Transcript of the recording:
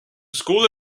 school